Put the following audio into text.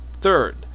third